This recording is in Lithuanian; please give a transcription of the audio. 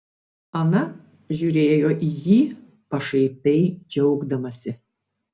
ana žiūrėjo į jį pašaipiai džiaugdamasi